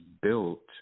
built